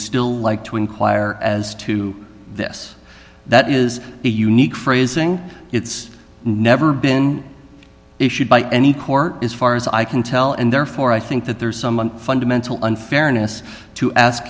still like to inquire as to this that is a unique phrasing it's never been issued by any court as far as i can tell and therefore i think that there's some fundamental unfairness to ask